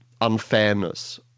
unfairness